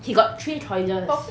he got three choices